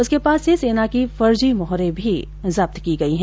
उसके पास से सेना की फर्जी मोहरे भी जब्त की गई है